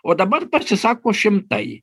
o dabar pasisako šimtai